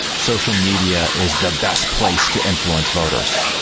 social media is the best place to influence voters.